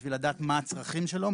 בשביל לדעת מה הצרכים שלו,